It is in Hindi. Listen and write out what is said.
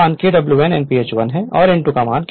N1 Kw1 Nph1 N2 Kw2 Nph 2 a कहते हैं